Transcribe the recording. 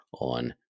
on